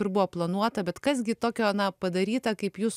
ir buvo planuota bet kas gi tokio na padaryta kaip jus